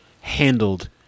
handled